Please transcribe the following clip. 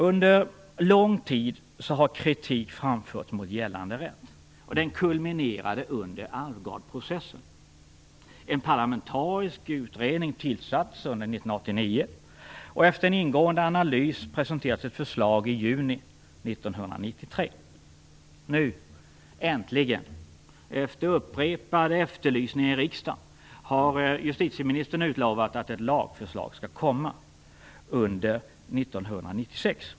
Under lång tid har kritik framförts mot gällande rätt, och den kulminerade under Alvgardprocessen. En parlamentarisk utredning tillsattes under 1989, och efter en ingående analys presenterades ett förslag i juni 1993. Nu äntligen, efter upprepade efterlysningar i riksdagen, har justitieministern utlovat att ett lagförslag skall komma under 1996.